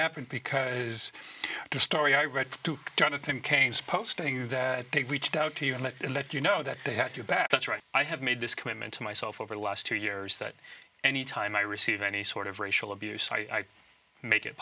happened because the story i read to jonathan cain's posting that they reached out to you and that let you know that they had your back that's right i have made this commitment to myself over the last two years that anytime i receive any sort of racial abuse i make it